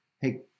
hey